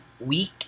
week